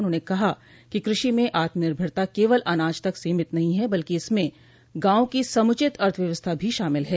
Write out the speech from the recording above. उन्होंने कहा कि कृषि में आत्मनिर्भरता केवल अनाज तक सीमित नहीं है बल्कि इसमें गांवों की समुचित अर्थव्यवस्था भी शामिल है